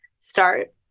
start